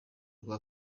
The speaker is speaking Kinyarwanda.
rwa